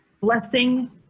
blessing